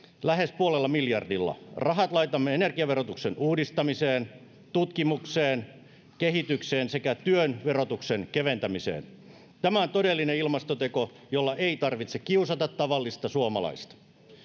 lähes puolella miljardilla rahat laitamme energiaverotuksen uudistamiseen tutkimukseen kehitykseen sekä työn verotuksen keventämiseen tämä on todellinen ilmastoteko jolla ei tarvitse kiusata tavallista suomalaista